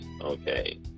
okay